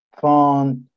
font